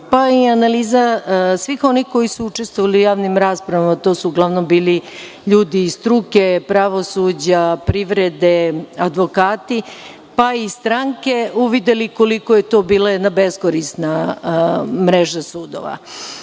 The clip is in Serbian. pa i analiza svih onih koji su učestvovali u javnim raspravama, a to su uglavnom bili ljudi iz struke, pravosuđa, privrede, advokati, pa i stranke, uvideli koliko je to bila jedna beskorisna mreža sudova. Čuli